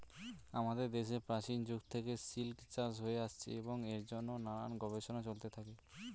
আমাদের দেশে প্রাচীন যুগ থেকে সিল্ক চাষ হয়ে আসছে এবং এর জন্যে নানান গবেষণা চলতে থাকে